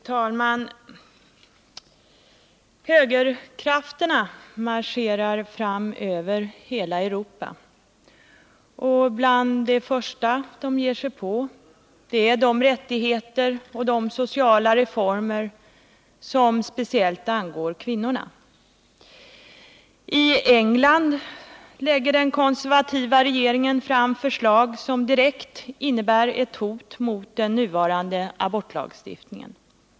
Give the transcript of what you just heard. Fru talman! Högerkrafterna marscherar fram över hela Europa. Något av det första de ger sig på är de rättigheter och de sociala reformer som speciellt angår kvinnorna. I England lägger den konservativa regeringen fram förslag, som direkt innebär ett hot mot den nuvarande abortlagstiftningen.